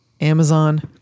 Amazon